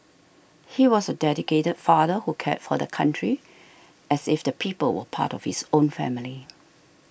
he was a dedicated father who cared for the country as if the people were part of his own family